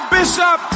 Bishop